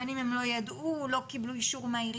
בין אם הן לא ידעו או לא קיבלו אישור מהעירייה.